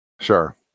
Sure